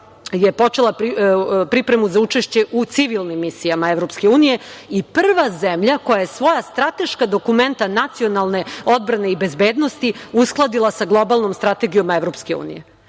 je počela pripremu za učešće u civilnim misijama EU i prva zemlja koja je svoja strateška dokumenta nacionalne odbrane i bezbednosti uskladila sa globalnom strategijom EU.